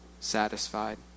satisfied